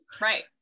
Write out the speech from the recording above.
Right